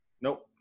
Nope